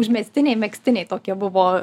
užmestiniai megztiniai tokie buvo